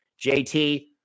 JT